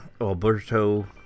Alberto